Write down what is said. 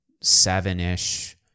seven-ish